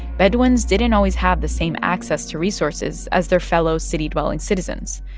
bedouins didn't always have the same access to resources as their fellow city-dwelling citizens.